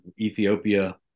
Ethiopia